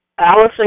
Allison